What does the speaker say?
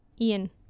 Ian